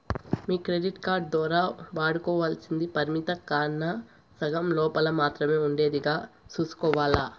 మీ credit card దోరా వాడుకోవల్సింది పరిమితి కన్నా సగం లోపల మాత్రమే ఉండేదిగా సూసుకోవాల్ల